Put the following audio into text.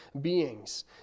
beings